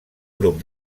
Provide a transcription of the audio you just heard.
grup